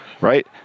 right